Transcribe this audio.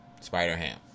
Spider-Ham